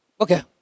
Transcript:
Okay